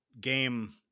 game